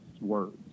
words